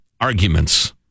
arguments